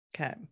Okay